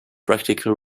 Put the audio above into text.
practical